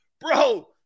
bro